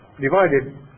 divided